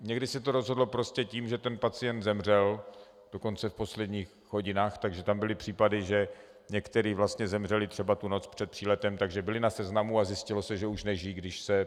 Někdy se to rozhodlo prostě tím, že pacient zemřel, dokonce v posledních hodinách, takže tam byly případy, že někteří vlastně zemřeli třeba noc před příletem, takže byli na seznamu a zjistilo se, že už nežijí, když se přiletělo.